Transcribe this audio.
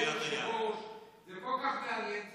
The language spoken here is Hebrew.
אני חייב להגיד לך שהמערכת המשפטית היא אחת המערכות המבוקרות ביותר.